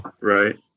Right